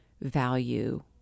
value